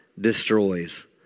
destroys